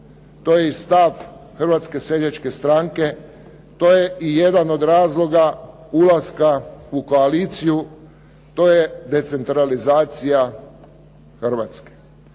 To je i stav Hrvatske seljačke stranke. To je i jedan od razloga ulaska u koaliciju, to je decentralizacija Hrvatske.